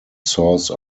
source